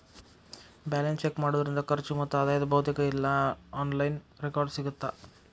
balance check ಮಾಡೋದ್ರಿಂದ ಖರ್ಚು ಮತ್ತ ಆದಾಯದ್ ಭೌತಿಕ ಇಲ್ಲಾ ಆನ್ಲೈನ್ ರೆಕಾರ್ಡ್ಸ್ ಸಿಗತ್ತಾ